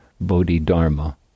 Bodhidharma